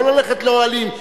לא ללכת לאוהלים,